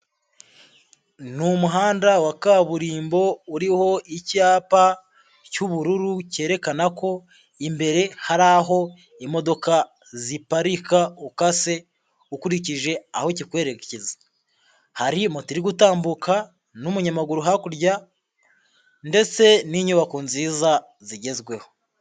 Ni umuhanda wa kaburimbo uriho icyapa cy'ubururu cyerekana ko imbere hari aho imodoka ziparika ukase ukurikije aho cyikwerekeza, hari moto iri gutambuka n'umunyamaguru, hakurya ndetse n'inyubako nziza zigezweho.